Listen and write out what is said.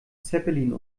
zeppelin